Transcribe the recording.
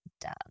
done